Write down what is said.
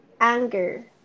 anger